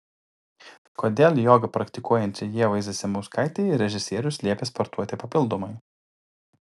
kodėl jogą praktikuojančiai ievai zasimauskaitei režisierius liepė sportuoti papildomai